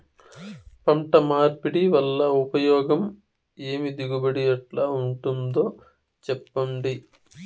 పంట మార్పిడి వల్ల ఉపయోగం ఏమి దిగుబడి ఎట్లా ఉంటుందో చెప్పండి?